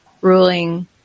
ruling